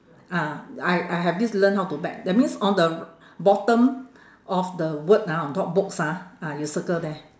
ah I I have this learn how to bet that means on the bottom of the word ah on top books ah ah you circle there